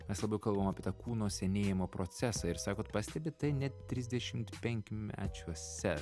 mes labiau kalbam apie tą kūno senėjimo procesą ir sakot pastebi tai net trisdešimt penkmečiuose